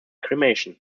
cremation